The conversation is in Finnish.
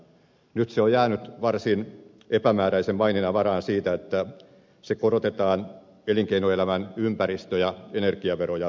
nyt se on jäänyt varsin epämääräisen maininnan varaan siitä että se kerätään elinkeinoelämän ympäristö ja energiaveroja korottamalla